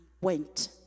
went